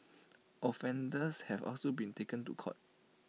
offenders have also been taken to court